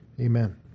Amen